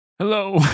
Hello